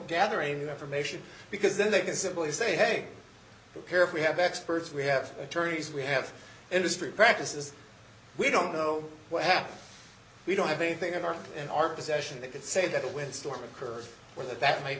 gather a new information because then they can simply say hey we're here if we have experts we have attorneys we have industry practices we don't know what happened we don't have anything in our in our possession that could say that a windstorm occurred or that that might